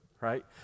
Right